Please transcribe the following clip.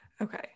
Okay